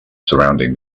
surrounding